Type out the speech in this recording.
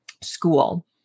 school